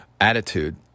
attitude